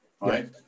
right